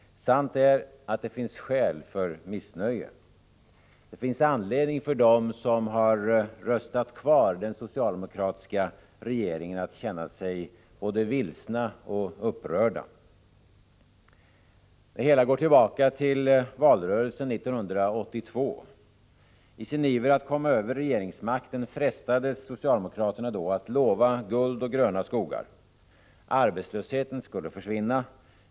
Sant är att det finns skäl för missnöjet. Det finns anledning för dem som har röstat kvar den socialdemokratiska regeringen att känna sig både vilsna och upprörda. Det hela går tillbaka till valrörelsen 1982. I sin iver att komma över regeringsmakten frestades socialdemokraterna då att lova guld och gröna skogar. Arbetslösheten skulle försvinna.